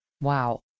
Wow